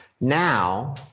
Now